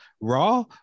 Raw